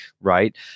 right